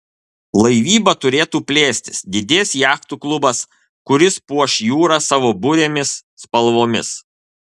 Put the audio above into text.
laivyba turėtų plėstis didės jachtų klubas kuris puoš jūrą savo burėmis spalvomis